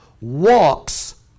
walks